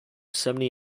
seventy